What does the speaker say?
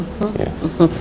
yes